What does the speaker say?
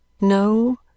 No